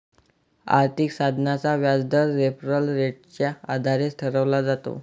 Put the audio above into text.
आर्थिक साधनाचा व्याजदर रेफरल रेटच्या आधारे ठरवला जातो